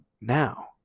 now